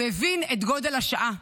הוא הבין את גודל השעה,